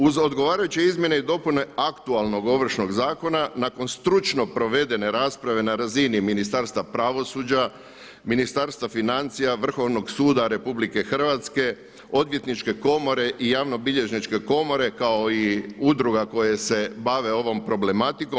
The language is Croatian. Uz odgovarajuće izmjene i dopune aktualnog ovršnog zakona nakon stručno provedene rasprave na razini Ministarstva pravosuđa, Ministarstva financija, Vrhovnog suda RH, Odvjetničke komore i Javnobilježničke komore kao i udruga koje se bave ovom problematikom.